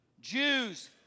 Jews